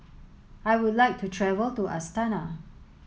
I would like to travel to Astana